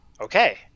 okay